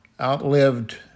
outlived